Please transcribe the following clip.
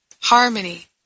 harmony